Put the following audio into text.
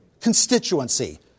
constituency